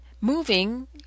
Moving